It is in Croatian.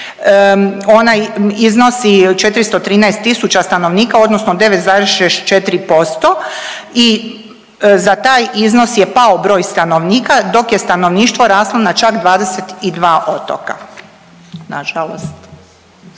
ona iznosi 413 tisuća stanovnika odnosno 9,64% i za taj iznos je pao broj stanovnika, dok je stanovništvo raslo na čak 22 otoka, nažalost,